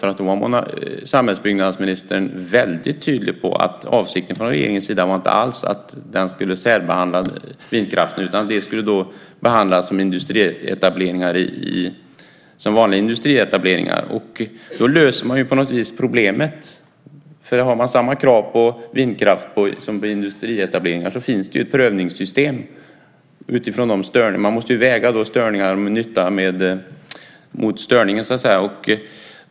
Då var nämligen samhällsbyggnadsministern väldigt tydlig i fråga om att avsikten från regeringens sida inte alls var att särbehandla vindkraften utan att den skulle behandlas som vanliga industrietableringar. Då löser man på något vis problemet. Har man samma krav på vindkraften som på industrietableringar så finns det ju ett prövningssystem. Man måste ju så att säga väga nyttan mot störningen.